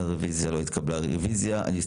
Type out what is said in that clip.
הצבעה הרוויזיה לא נתקבלה הרוויזיה לא התקבלה.